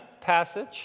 passage